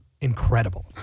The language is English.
incredible